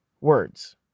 Words